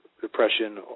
depression